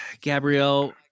Gabrielle